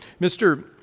Mr